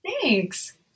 Thanks